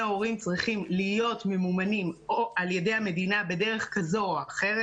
ההורים צריכים להיות ממומנים על ידי המדינה בדרך כזו או אחרת,